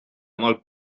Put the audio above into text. molt